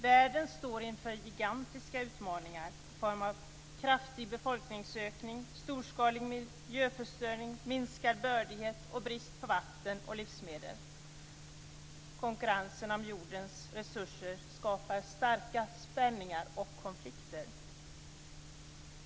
Världen står inför gigantiska utmaningar i form av kraftig befolkningsökning, storskalig miljöförstörelse, minskad bördighet och brist på vatten och livsmedel. Konkurrensen om jordens resurser skapar starka spänningar och konflikter.